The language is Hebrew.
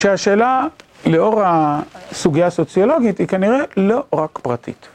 שהשאלה לאור הסוגיה הסוציולוגית היא כנראה לא רק פרטית.